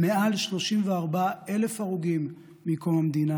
למעל 34,000 הרוגים מקום המדינה,